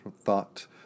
thought